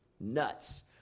nuts